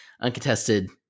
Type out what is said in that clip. uncontested